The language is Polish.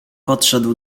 podszedł